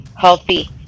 healthy